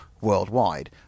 worldwide